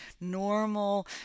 normal